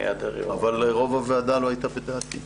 אבל רוב הוועדה לא הייתה בדעתי.